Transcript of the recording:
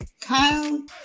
Kyle